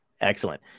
Excellent